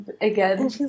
Again